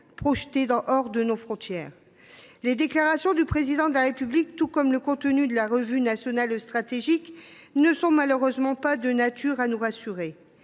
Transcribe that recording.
projetées hors de nos frontières. Les déclarations du Président de la République, tout comme le contenu de la revue nationale stratégique (RNS), ne sont malheureusement pas de nature à nous rassurer.